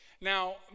Now